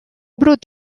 brut